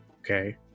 Okay